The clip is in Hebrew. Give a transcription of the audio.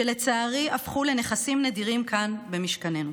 שלצערי הפכו לנכסים נדירים כאן במשכננו.